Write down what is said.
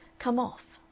come off.